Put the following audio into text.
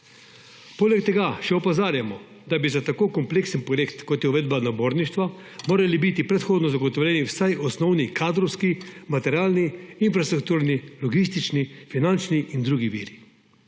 Poleg tega še opozarjamo, da bi za tako kompleksen projekt, kot je uvedba naborništva, morali biti predhodno zagotovljeni vsaj osnovni kadrovski, materialni, infrastrukturni, logistični, finančni in drugi viri.